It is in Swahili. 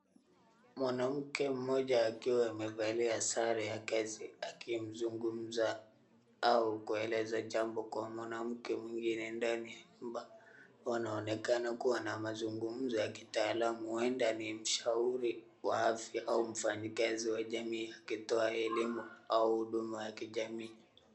Mwanamke mmoja akiwa amevalia sare ya kazi akimzungumza au kueleza jambo Kwa mwanamke mwingine ndani ya nyumba, wanaonekana kuwa na mazungumzao ya kitaalamu huenda ni mshauri wa afya au mfanyikazi wa jamii akitoa elimi au uduma ya kajamii.